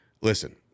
Listen